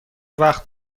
وقت